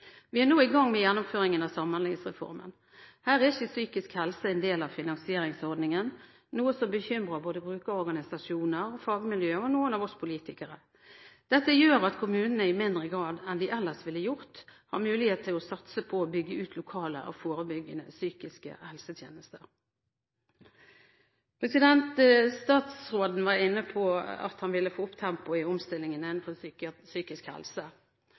Vi er nå i gang med gjennomføringen av samhandlingsreformen. Her er ikke psykisk helse en del av finansieringsordningen, noe som bekymrer både brukerorganisasjoner, fagmiljøer og noen av oss politikere. Dette gjør at kommunene i mindre grad enn ellers, har mulighet til å satse på å bygge ut lokale og forebyggende psykiske helsetjenester. Statsråden var inne på at han ville få opp tempoet i omstillingen innenfor psykisk helse.